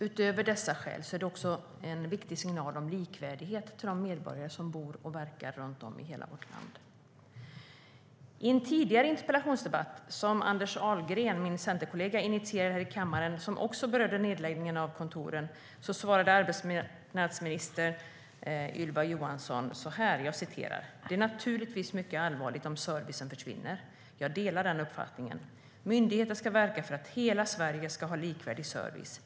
Utöver dessa skäl är det också en viktig signal om likvärdighet till de medborgare som bor och verkar runt om i hela vårt land. I en tidigare interpellationsdebatt som Anders Ahlgren, min centerkollega, initierade här i kammaren och som också berörde nedläggningen av kontoren svarade arbetsmarknadsminister Ylva Johansson så här: "Det är naturligtvis mycket allvarligt om servicen försvinner. Jag delar den uppfattningen. Myndigheter ska verka för att hela Sverige ska ha likvärdig service.